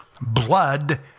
blood